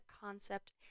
concept